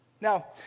Now